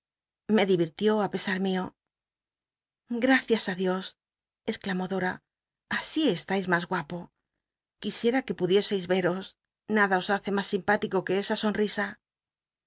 me divirtió í pesar mio gracias á dios exclamó dora así estais muy guapo quisiera que pudieseis veros nada os hace mas simpático que esa sonl'isa